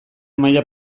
maila